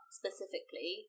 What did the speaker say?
specifically